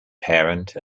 parent